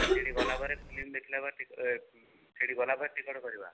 ସେଇଠି ଗଲାପରେ ଫିଲ୍ମ ଦେଖିଲା ପରେ ଟିକେଟ୍ ସେଇଠି ଗଲାପରେ ଟିକେଟ୍ କରିବା